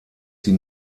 sie